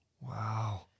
Wow